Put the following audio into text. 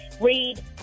Read